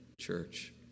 church